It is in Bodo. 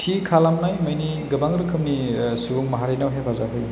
थि खालामनाय मानि गोबां रोखोमनि सुबुं माहारिनाव हेफाजाब होयो